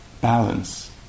balance